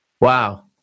Wow